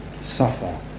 ...suffer